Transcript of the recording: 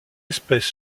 espèce